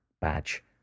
badge